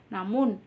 Namun